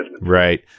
Right